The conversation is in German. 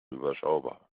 überschaubar